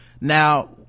now